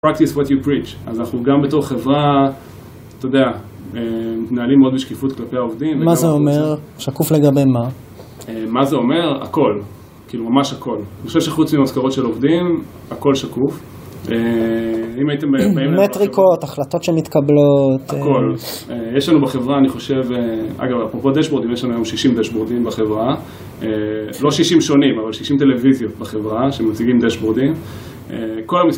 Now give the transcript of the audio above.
Practice what you preach. אז אנחנו גם בתור חברה, אתה יודע, מתנהלים מאוד בשקיפות כלפי העובדים. מה זה אומר? שקוף לגבי מה? מה זה אומר? הכל. כאילו ממש הכל. אני חושב שחוץ ממשכורות של עובדים, הכל שקוף. אם הייתם באמת... מטריקות, החלטות שמתקבלות. הכל. יש לנו בחברה, אני חושב, אגב, אפרופו דשבורדים, יש לנו היום 60 דשבורדים בחברה. לא 60 שונים, אבל 60 טלוויזיות בחברה שמציגים דשבורדים.